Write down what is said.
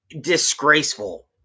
Disgraceful